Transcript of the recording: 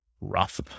rough